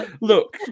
Look